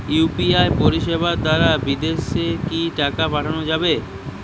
UPI পরিষেবা দারা বিদেশে কি টাকা পাঠানো যাবে?